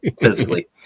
physically